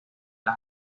las